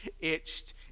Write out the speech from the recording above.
itched